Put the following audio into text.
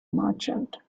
merchant